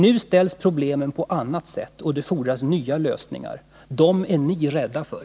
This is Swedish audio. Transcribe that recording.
Nu ställs problemen på annat sätt och fordrar nya lösningar. Det är ni rädda för.